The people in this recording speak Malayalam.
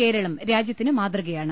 കേരളം രാജ്യത്തിന് മാതൃകയാണ്